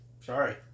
Sorry